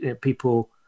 people